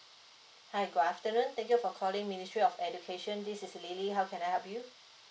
hi good afternoon thank you for calling ministry of education this is lily how can I help you